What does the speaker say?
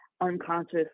unconscious